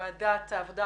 בוועדת העבודה,